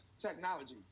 technology